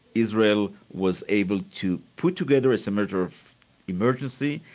israel was able to put together as a matter of emergency,